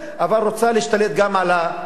אבל רוצה להשתלט גם על בתי-המשפט,